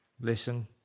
Listen